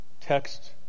text